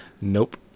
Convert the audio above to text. Nope